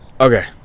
Okay